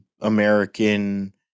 American